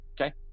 okay